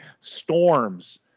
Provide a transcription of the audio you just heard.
storms